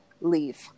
Leave